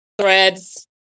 threads